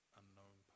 unknown